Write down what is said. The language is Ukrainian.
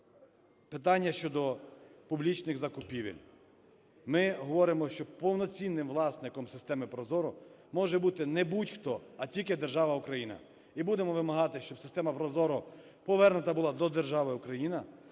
питання щодо публічних закупівель. Ми говоримо, що повноцінним власником системи ProZorro може бути не будь-хто, а тільки держава Україна, і будемо вимагати, щоб система ProZorro повернута була до держави Україна